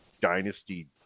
dynasty